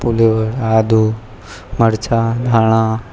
ફુલેવર આદું મરચાં ધાણા